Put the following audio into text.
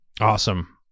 awesome